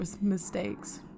mistakes